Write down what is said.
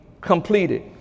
completed